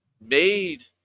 made